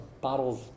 bottles